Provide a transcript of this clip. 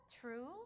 true